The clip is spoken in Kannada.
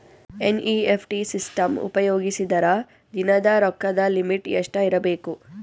ಎನ್.ಇ.ಎಫ್.ಟಿ ಸಿಸ್ಟಮ್ ಉಪಯೋಗಿಸಿದರ ದಿನದ ರೊಕ್ಕದ ಲಿಮಿಟ್ ಎಷ್ಟ ಇರಬೇಕು?